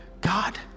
God